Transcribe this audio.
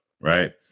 right